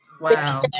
Wow